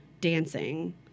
dancing